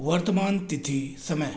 वर्तमान तिथी समय